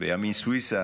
וימין סויסה